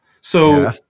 So-